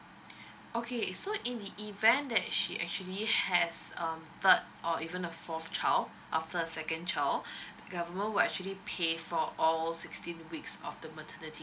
okay so in the event that she actually has um third or even a fourth child after a second child the government will actually pay for all sixteen weeks of the maternity